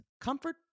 Comfort